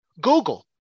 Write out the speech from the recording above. Google